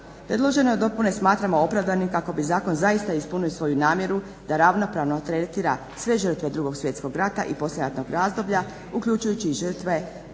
Predložene dopune smatramo opravdanim kako bi zakon zaista ispunio svoju namjeru da ravnomjerno tretira sve žrtve Drugog svjetskog rata i poslijeratnog razdoblja uključujući i žrtve političkog